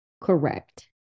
Correct